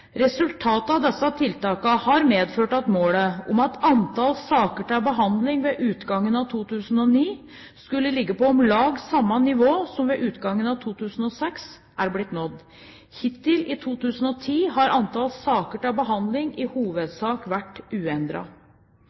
Resultatet av disse tiltakene har medført at målet om at antall saker til behandling ved utgangen av 2009 skulle ligge på om lag samme nivå som ved utgangen av 2006, er blitt nådd. Hittil i 2010 har antall saker til behandling i hovedsak vært